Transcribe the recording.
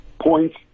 points